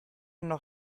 noch